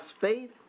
faith